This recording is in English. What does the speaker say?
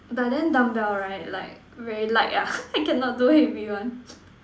but then dumbbell right like very light ah I cannot do heavy one